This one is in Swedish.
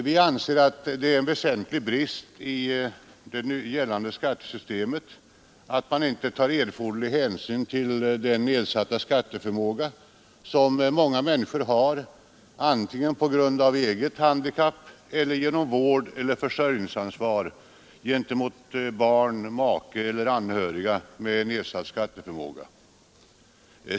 Vi anser att det är en väsentlig brist i gällande skattesystem att man inte tar erforderlig hänsyn till den nedsatta skatteförmåga som många människor har antingen på grund av eget handikapp eller genom vårdeller försörjningsansvar gentemot barn, make eller anhöriga med nedsatt skatteförmåga.